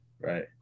Right